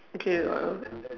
okay uh